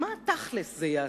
מה תכל'ס זה יעשה?